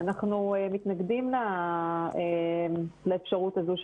אנחנו מתנגדים לאפשרות הזו.